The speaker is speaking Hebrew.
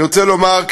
אני רוצה לומר,